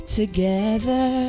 together